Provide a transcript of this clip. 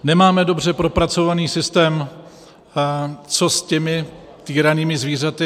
Nemáme dobře propracovaný systém, co s těmi týranými zvířaty.